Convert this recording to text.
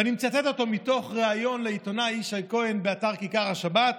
ואני מצטט אותו מתוך ריאיון לעיתונאי ישי כהן באתר כיכר השבת: